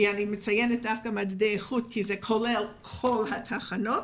ואני מציינת דווקא מדדי איכות כי זה כולל את כל התחנות,